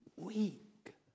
Weak